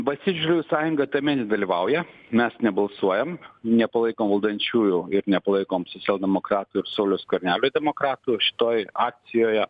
valstiečių žaliųjų sąjunga tame nedalyvauja mes nebalsuojam nepalaikom valdančiųjų ir nepalaikom socialdemokratų ir sauliaus skvernelio demokratų šitoj akcijoje